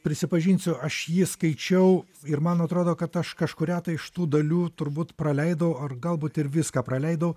prisipažinsiu aš jį skaičiau ir man atrodo kad aš kažkurią iš tų dalių turbūt praleidau ar galbūt ir viską praleidau